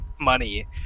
money